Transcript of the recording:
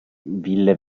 ville